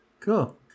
Cool